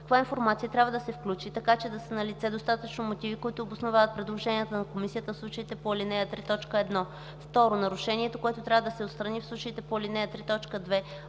каква информация трябва да се включи, така че да са налице достатъчно мотиви, които обосновават предложенията на комисията в случаите по ал. 3, т. 1; 2. нарушението, което трябва да се отстрани в случаите по ал. 3, т. 2.